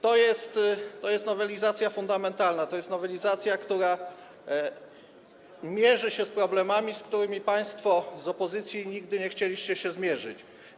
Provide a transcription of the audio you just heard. To jest nowelizacja fundamentalna, to jest nowelizacja, która mierzy się z problemami, z którymi państwo z opozycji nigdy nie chcieliście się zmierzyć.